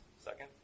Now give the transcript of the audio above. second